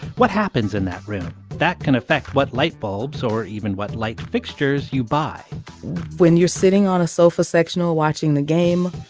what happens in that room? that can affect what lightbulbs or even what light fixtures you buy when you're sitting on a sofa sectional watching the game,